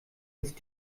ist